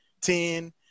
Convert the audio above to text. ten